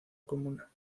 comuna